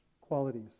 qualities